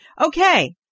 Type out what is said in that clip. Okay